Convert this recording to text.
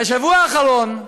בשבוע האחרון,